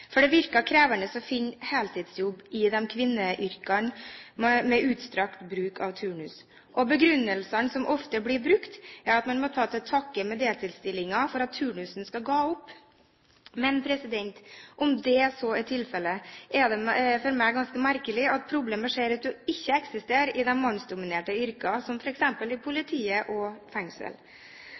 For det virker krevende å finne heltidsjobb i kvinneyrker med utstrakt bruk av turnus. Begrunnelsene som ofte blir brukt, er at man må ta til takke med deltidsstillinger for at turnusen skal gå opp. Men om det så er tilfellet, er det for meg ganske merkelig at det problemet ser ut til ikke å eksistere i de mannsdominerte yrkene som f.eks. i politiet og